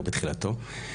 או בתחילתו.